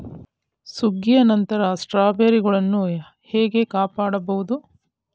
ಸುಗ್ಗಿಯ ನಂತರ ಸ್ಟ್ರಾಬೆರಿಗಳನ್ನು ಹೇಗೆ ಕಾಪಾಡ ಬಹುದು?